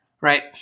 right